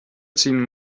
ziehen